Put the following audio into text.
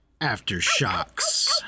Aftershocks